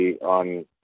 on